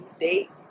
date